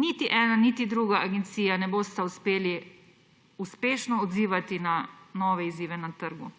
niti ena niti druga agencija ne bosta uspeli uspešno odzivati na nove izzive na trgu.